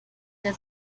der